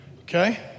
Okay